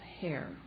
hair